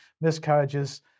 miscarriages